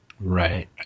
Right